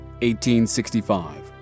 1865